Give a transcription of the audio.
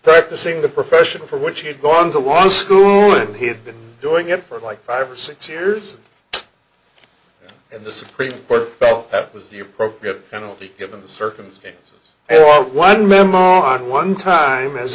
practicing the profession for which he had gone to one school and he had been doing it for like five or six years and the supreme court felt that was the appropriate penalty given the circumstances or one memo on one time as